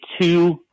two